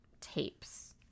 tapes